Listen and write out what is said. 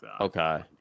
Okay